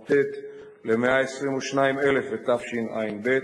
ז' ועד כיתה י"ב,